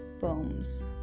poems